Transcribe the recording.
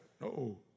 No